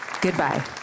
Goodbye